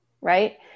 Right